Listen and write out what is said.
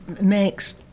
makes